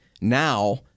now